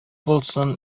булсын